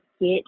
get